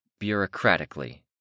Bureaucratically